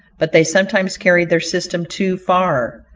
but they sometimes carried their system too far.